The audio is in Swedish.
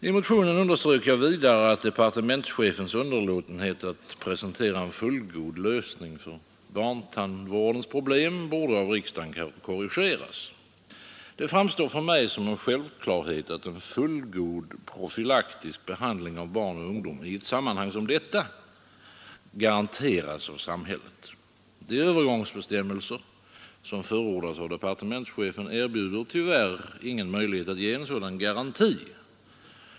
I motionen underströk jag vidare att departementschefens underlåtenhet att presentera en fullgod lösning av barntandvårdens problem borde av riksdagen korrigeras. Det framstår för mig som en självklarhet att en fullgod profylaktisk behandling av barn och ungdom i ett sammanhang som detta garanteras av samhället. De övergångsbestämmelser som förordas av departementschefen erbjuder tyvärr ingen möjlighet att ge en sådan garanti.